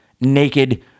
naked